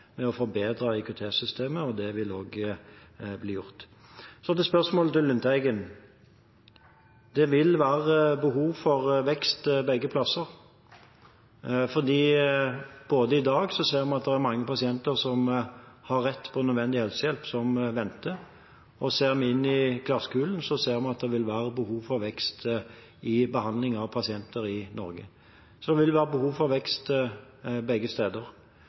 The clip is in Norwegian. med å forbedre IKT-systemet, og det vil også bli gjort. Så til spørsmålet fra Lundteigen: Det vil være behov for vekst begge plasser, for også i dag ser vi at det er mange pasienter som har rett til nødvendig helsehjelp, som venter, og ser vi inn i glasskulen, ser vi at det vil være behov for vekst i behandlingen av pasienter i Norge. Så det vil være behov for vekst begge